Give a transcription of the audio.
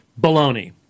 Baloney